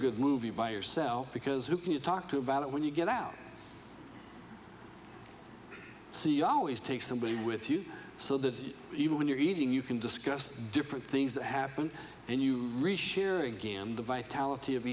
good movie by yourself because who can you talk to about it when you get out so you always take somebody with you so that even when you're eating you can discuss different things that happen and you reach sharing the vitality of